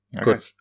good